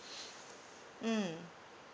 mm